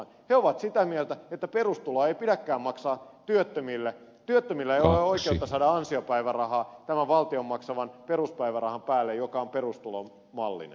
he ovat sitä mieltä että perustuloa ei pidäkään maksaa työttömille työttömillä ei ole oikeutta saada ansiopäivärahaa tämän valtion maksaman peruspäivärahan päälle joka on perustulon mallinen